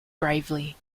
gravely